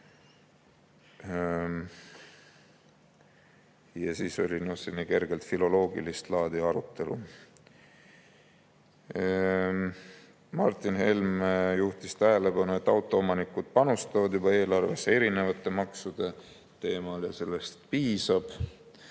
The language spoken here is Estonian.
Siis oli selline kergelt filoloogilist laadi arutelu. Martin Helme juhtis tähelepanu, et autoomanikud juba panustavad eelarvesse erinevate maksudega ja sellest piisab.